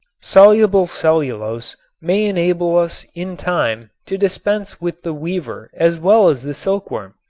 soluble cellulose may enable us in time to dispense with the weaver as well as the silkworm.